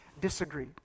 disagree